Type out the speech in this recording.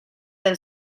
del